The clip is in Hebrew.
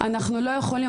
אנחנו לא יכולים,